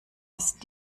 ist